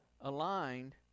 aligned